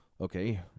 Okay